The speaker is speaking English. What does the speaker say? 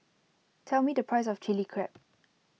tell me the price of Chili Crab